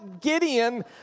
Gideon